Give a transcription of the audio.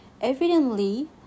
Evidently